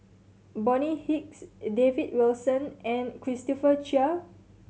Bonny Hicks David Wilson and Christopher Chia